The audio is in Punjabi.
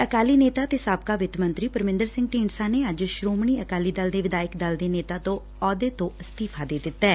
ਅਕਾਲੀ ਨੇਤਾ ਤੇ ਸਾਬਕਾ ਵਿੱਤ ਮੰਤਰੀ ਪਰਮਿੰਦਰ ਸਿੰਘ ਢੀਡਸਾ ਨੇ ਅੱਜ ਸ੍ਹੋਮਣੀ ਅਕਾਲੀ ਦਲ ਦੇ ਵਿਧਾਇਕ ਦਲ ਦੇ ਨੇਤਾ ਦੇ ਅਹੁੱਦੇ ਤੋਂ ਅਸਤੀਫਾ ਦੇ ਦਿੱਤੈ